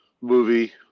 movie